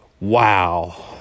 wow